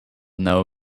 know